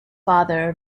father